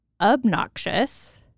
obnoxious